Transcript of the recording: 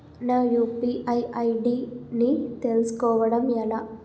నా UPI ID ని తెలుసుకోవడం ఎలా?